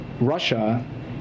Russia